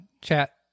chat